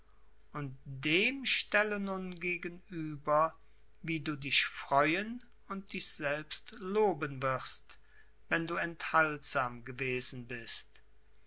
und dem stelle nun gegenüber wie du dich freuen und dich selbst loben wirst wenn du enthaltsam gewesen bist